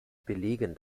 belegen